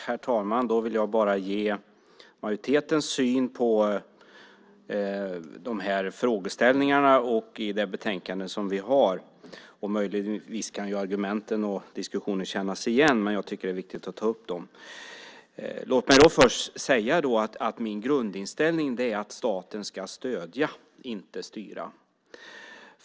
Herr talman! Jag vill ge majoritetens syn på de här frågeställningarna och det betänkande som vi har. Möjligtvis kan argumenten och diskussionen kännas igen, men jag tycker att det är viktigt att ta upp det. Låt mig först säga att min grundinställning är att staten ska stödja, inte styra.